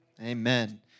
Amen